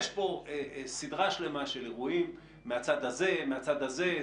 יש פה סדרה שלמה של אירועים מהצד הזה, מהצד הזה.